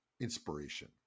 inspiration